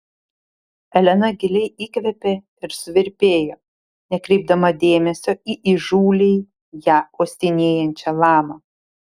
elena giliai įkvėpė ir suvirpėjo nekreipdama dėmesio į įžūliai ją uostinėjančią lamą